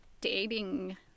dating